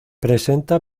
presenta